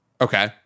okay